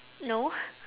no